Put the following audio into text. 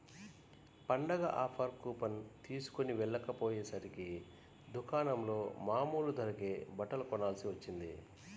పండగ offer coupon తీస్కొని వెళ్ళకపొయ్యేసరికి దుకాణంలో మామూలు ధరకే బట్టలు కొనాల్సి వచ్చింది